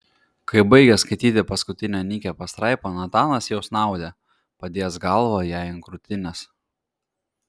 kai baigė skaityti paskutinę nykią pastraipą natanas jau snaudė padėjęs galvą jai ant krūtinės